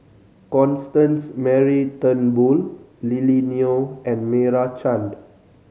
Constance Mary Turnbull Lily Neo and Meira Chand